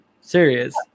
serious